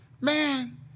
Man